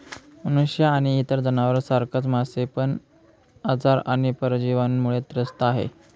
मनुष्य आणि इतर जनावर सारखच मासे पण आजार आणि परजीवींमुळे त्रस्त आहे